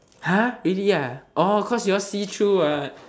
!huh! really ah orh cause you all see through what